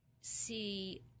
see